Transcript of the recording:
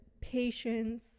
patience